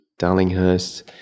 Darlinghurst